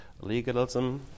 legalism